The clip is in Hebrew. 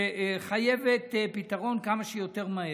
וחייבת פתרון כמה שיותר מהר.